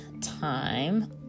time